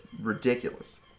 ridiculous